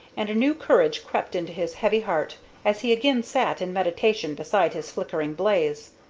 and a new courage crept into his heavy heart as he again sat in meditation beside his flickering blaze.